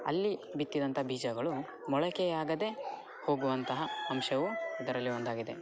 ಅಲ್ಲಿ ಬಿತ್ತಿದಂತ ಬೀಜಗಳು ಮೊಳಕೆಯಾಗದೆ ಹೋಗುವಂತಹ ಅಂಶವು ಇದರಲ್ಲಿ ಒಂದಾಗಿದೆ